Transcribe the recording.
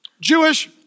Jewish